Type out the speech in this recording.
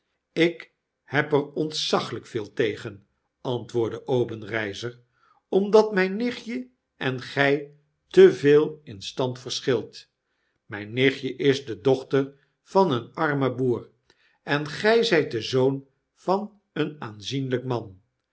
ik heb er ontzaglgk veel tegen antwoordde obenreizer omdat mgn nichtje en gij teveel in stand verscbilt mgn nichtje is de dochter van een armen boer en gg zgt de zoon van een aanzienlgk man